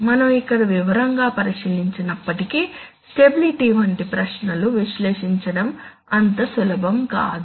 మనం ఇక్కడ వివరంగా పరిశీలించనప్పటికీ స్టెబిలిటీ వంటి ప్రశ్నలు విశ్లేషించడం అంత సులభం కాదు